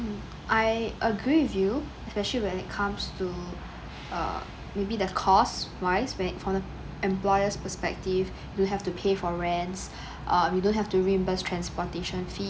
I agree with you especially when it comes err maybe the cost-wise when from employer's perspective you have to pay for rents err we don't have to reimburse transportation fees